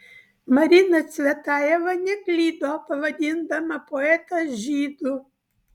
marina cvetajeva neklydo pavadindama poetą žydu